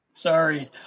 Sorry